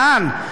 לאן?